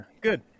good